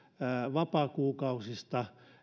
vapaakuukausista